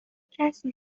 کسی